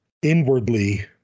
Inwardly